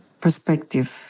perspective